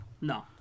No